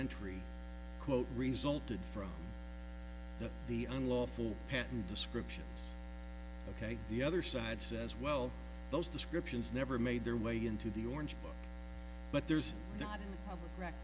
entry quote resulted from the unlawful patent description ok the other side says well those descriptions never made their way into the orange book but